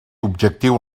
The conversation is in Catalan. objectiu